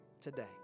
today